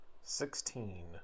sixteen